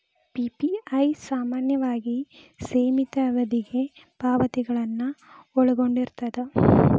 PPI ಸಾಮಾನ್ಯವಾಗಿ ಸೇಮಿತ ಅವಧಿಗೆ ಪಾವತಿಗಳನ್ನ ಒಳಗೊಂಡಿರ್ತದ